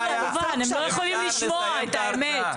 אפשר לסיים את ההרצאה.